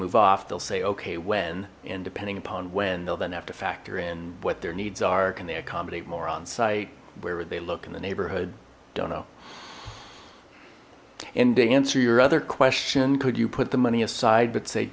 move off they'll say okay when and depending upon when they'll then have to factor in what their needs are can they accommodate more on site where would they look in the neighborhood don't know and to answer your other question could you put the money aside but say